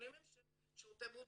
הנתונים הם של שירותי הבריאות,